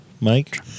Mike